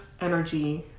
energy